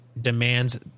demands